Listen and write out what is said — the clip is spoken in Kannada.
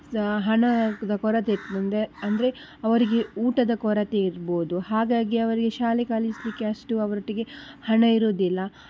ಹಣದ ಕೊರತೆ ಇರ್ತದಂದ್ರೆ ಅಂದರೆ ಅವರಿಗೆ ಊಟದ ಕೊರತೆ ಇರ್ಬೋದು ಹಾಗಾಗಿ ಅವರಿಗೆ ಶಾಲೆ ಕಲಿಸಲಿಕ್ಕೆ ಅಷ್ಟು ಅವರೊಟ್ಟಿಗೆ ಹಣ ಇರೋದಿಲ್ಲ